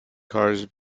cars